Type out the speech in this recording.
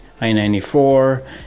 I-94